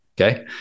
okay